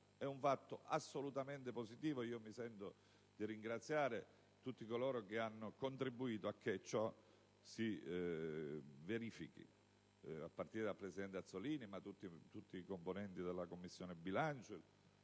È un fatto assolutamente positivo, e mi sento di ringraziare tutti coloro che hanno contribuito alla sua realizzazione, a partire dal presidente Azzollini, e poi tutti i componenti della Commissione bilancio,